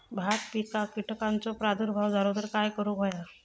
भात पिकांक कीटकांचो प्रादुर्भाव झालो तर काय करूक होया?